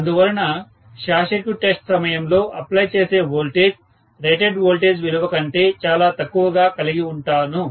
అందువలన short circuit test సమయంలో apply చేసే వోల్టేజ్ రేటెడ్ వోల్టేజ్ విలువ కంటే చాలా తక్కువగా కలిగి ఉంటాను